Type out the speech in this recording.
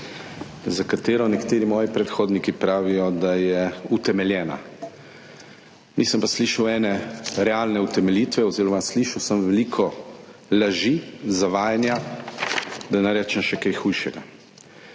za katero nekateri moji predhodniki pravijo, da je utemeljena, nisem pa slišal ene realne utemeljitve oziroma slišal sem veliko laži, zavajanja, da ne rečem še kaj hujšega.